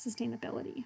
sustainability